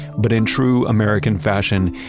but in true american fashion,